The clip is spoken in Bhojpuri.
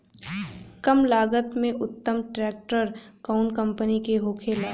कम लागत में उत्तम ट्रैक्टर कउन कम्पनी के होखेला?